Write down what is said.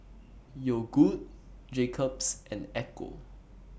Yogood Jacob's and Ecco